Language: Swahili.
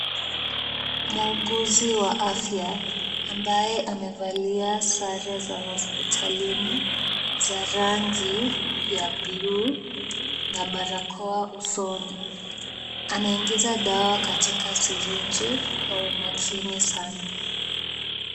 Muuguzi wa afya, ambaye amevalia sare za hospitalini za rangi ya bluu na barakoa usoni. Anaingiza dawa katika sirinji kwa umakini sana.